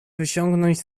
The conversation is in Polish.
wyciągnąć